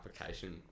application